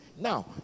Now